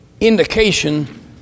indication